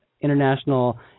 International